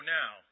now